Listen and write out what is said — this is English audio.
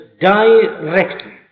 directly